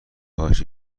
هاش